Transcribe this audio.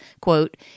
quote